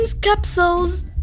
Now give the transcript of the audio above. capsules